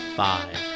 five